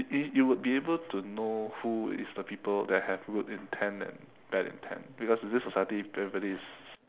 it it would be able to know who is the people that have good intent and bad intent because in this society everybody is